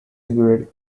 included